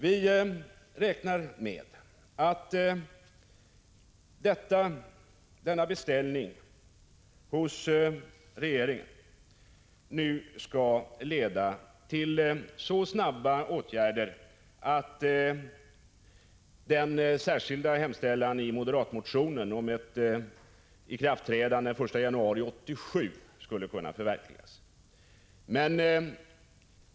”Vi räknar med att denna beställning hos regeringen nu skall leda till så snara åtgärder att den särskilda hemställan i moderatmotionen om ett ikraftträdande den 1 januari 1987 skulle kunna förverkligas.